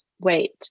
wait